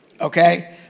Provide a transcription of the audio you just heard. Okay